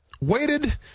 waited